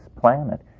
planet